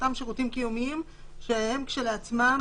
באותם שירותים קיומיים שהם כשלעצמם מוחרגים.